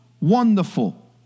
Wonderful